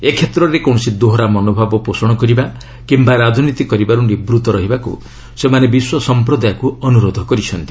ଏ କ୍ଷେତ୍ରରେ କୌଣସି ଦୋହରା ମନୋଭାବ ପୋଷଣ କରିବା କିମ୍ବା ରାଜନୀତି କରିବାରୁ ନିବୂତ୍ତ ରହିବାକୁ ସେମାନେ ବିଶ୍ୱ ସମ୍ପ୍ରଦାୟକୁ ଅନୁରୋଧ କରିଛନ୍ତି